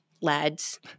lads